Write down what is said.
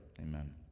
amen